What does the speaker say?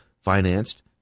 financed